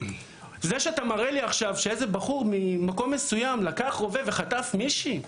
זה שאתה מראה לי עכשיו שאיזה בחור ממקום מסוים לקח רובה וחטף מישהי?